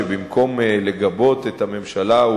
שבמקום לגבות את הממשלה,